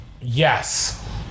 Yes